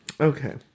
Okay